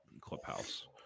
Clubhouse